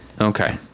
Okay